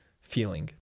feeling